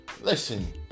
Listen